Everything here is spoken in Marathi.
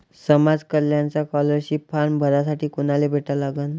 समाज कल्याणचा स्कॉलरशिप फारम भरासाठी कुनाले भेटा लागन?